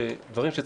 בדין ודברים,